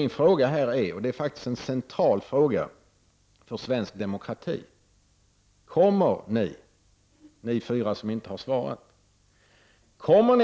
Min fråga här är, och det är faktiskt en central fråga för svensk demokrati: Kommer ni fyra som inte har svarat